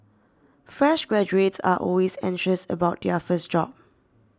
fresh graduates are always anxious about their first job